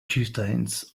chieftains